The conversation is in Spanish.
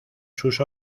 sus